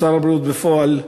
שר הבריאות בפועל,